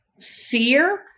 fear